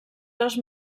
les